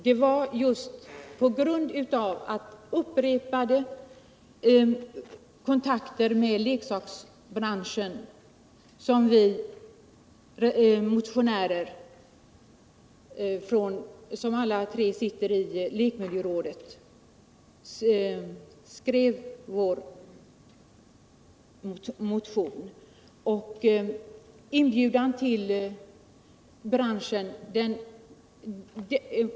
Det var efter upprepade kontakter med leksaksbranschen som vi motionärer — som alla tre sitter i lekmiljörådet — skrev vår motion.